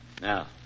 Now